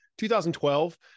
2012